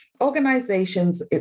Organizations